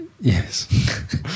Yes